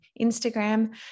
Instagram